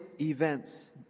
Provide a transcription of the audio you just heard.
events